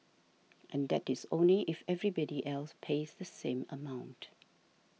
and that is only if everybody else pays the same amount